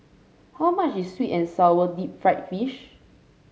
how much is sweet and sour Deep Fried Fish